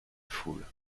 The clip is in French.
foule